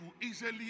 easily